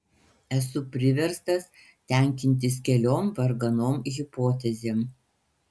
esu priverstas tenkintis keliom varganom hipotezėm